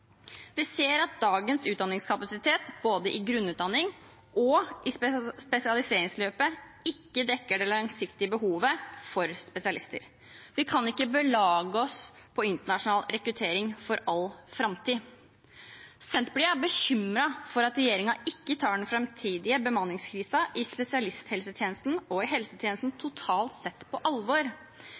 Vi ser at dagens utdanningskapasitet, både i grunnutdanning og i spesialiseringsløpet, ikke dekker det langsiktige behovet for spesialister. Vi kan ikke belage oss på internasjonal rekruttering for all framtid. Senterpartiet er bekymret for at regjeringen ikke tar på alvor den framtidige bemanningskrisen i spesialisthelsetjenesten og i helsetjenesten totalt sett.